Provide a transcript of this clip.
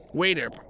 waiter